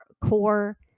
core